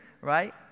right